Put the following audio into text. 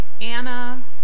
Anna